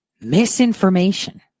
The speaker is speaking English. misinformation